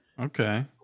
okay